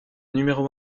numéro